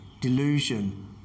delusion